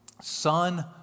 Son